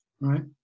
Right